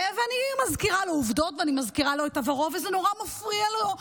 ואני מזכירה לו עובדות ואני מזכירה לו את עברו וזה נורא מפריע לו.